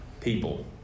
people